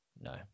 No